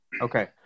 Okay